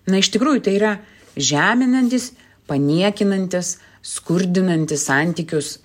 na iš tikrųjų tai yra žeminantys paniekinantys skurdinantys santykius